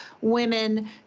women